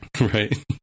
right